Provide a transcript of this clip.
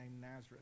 Nazareth